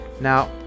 Now